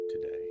today